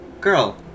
girl